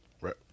Right